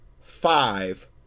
five